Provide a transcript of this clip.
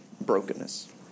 brokenness